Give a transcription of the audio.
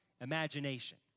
imagination